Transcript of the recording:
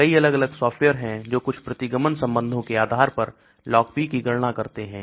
कई अलग अलग सॉफ्टवेयर हैं जो कुछ प्रतिगमन संबंधों के आधार पर LogP की गणना करते हैं